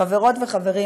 חברות וחברים,